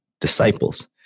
disciples